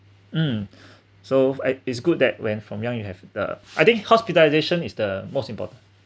um so it is good that when from young you have uh I think hospitalization is the most important